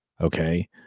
Okay